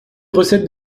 recettes